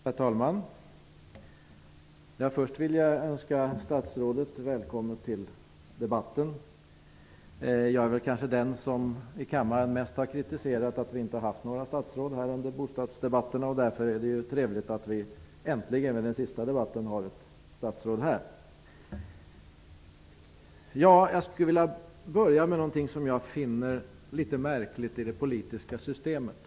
Herr talman! Först vill jag önska statsrådet välkommen till debatten. Jag är kanske den som i kammaren har varit mest kritisk mot att inga statsråd har deltagit i bostadsdebatterna. Därför är det trevligt att vi nu äntligen, under denna debatt, har ett statsråd här. Jag vill inleda med något som jag finner litet märkligt i det politiska systemet.